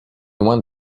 one